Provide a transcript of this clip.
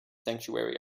sanctuary